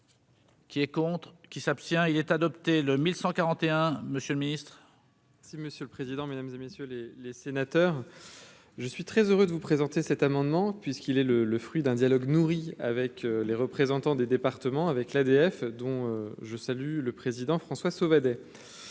Qui est contre qui s'abstient, il est adopté, le 1141 monsieur le Ministre. Si monsieur le président, Mesdames et messieurs les les sénateurs. Je suis très heureux de vous présenter cet amendement puisqu'il est le le fruit d'un dialogue nourri avec les représentants des départements avec l'ADF, dont je salue le président François Sauvadet